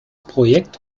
projekt